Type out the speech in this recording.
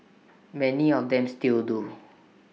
many of them still do